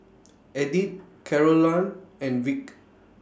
Edith Carolann and Vic